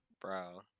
Bro